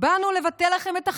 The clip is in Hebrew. באנו לבטל לכם את החירות,